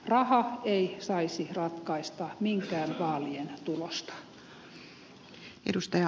raha ei saisi ratkaista minkään vaalien tulosta